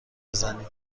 بزنیم